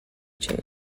change